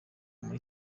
muri